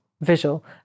visual